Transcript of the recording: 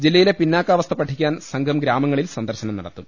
ജില്ലയിലെ പിന്നാക്കാ വസ്ഥ പഠിക്കാൻ സംഘം ഗ്രാമങ്ങളിൽ സന്ദർശനം നടത്തും